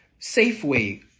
Safeway